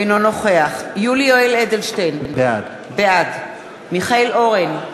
אינו נוכח יולי יואל אדלשטיין, בעד מיכאל אורן,